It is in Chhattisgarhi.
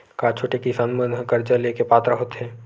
का छोटे किसान मन हा कर्जा ले के पात्र होथे?